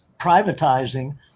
privatizing